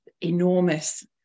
enormous